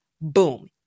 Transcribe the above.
Boom